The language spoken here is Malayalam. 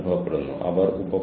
എനിക്ക് എന്നെത്തന്നെ കാണാം